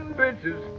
bitches